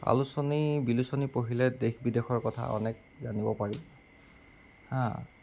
আলোচনী বিলোচনী পঢ়িলে দেশ বিদেশৰ কথা অনেক জানিব পাৰি হা